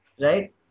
right